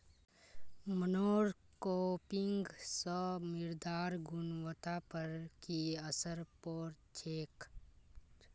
monocropping स मृदार गुणवत्ता पर की असर पोर छेक